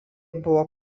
buvo